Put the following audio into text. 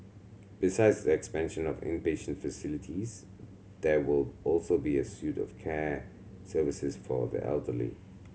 besides expansion of inpatient facilities there will also be a suite of care services for the elderly